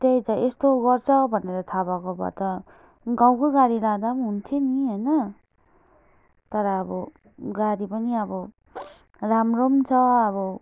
त्यही त यस्तो गर्छ भनेर थाहा भएको भए त गाउँको गाडी लाँदा पनि हुन्थ्यो नि होइन तर अब गाडी पनि अब राम्रो पनि छ अब